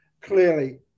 clearly